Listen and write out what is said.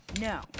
No